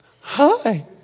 hi